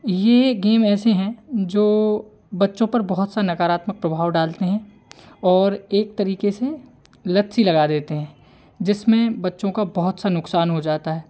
ये गेम ऐसे हैं जो बच्चों पर बहुत से नकारात्मक प्रभाव डालते हैं और एक तरीके से लत सी लगा देते हैं जिसमें बच्चों का बहुत सा नुकसान हो जाता है